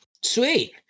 Sweet